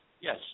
Yes